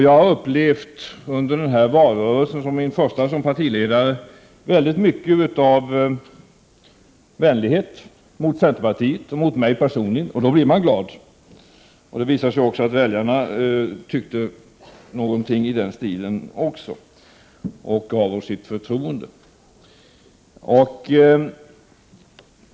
Jag har under den här valrörelsen — min första som partiledare — upplevt mycken vänlighet mot centerpartiet och mot mig personligen, och då blir man glad. Det visade sig att väljarna tyckte på samma sätt, och de gav oss sitt förtroende.